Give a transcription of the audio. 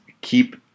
keep